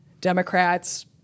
Democrats